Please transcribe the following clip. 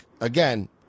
again